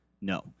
no